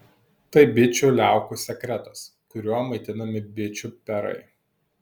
tai bičių liaukų sekretas kuriuo maitinami bičių perai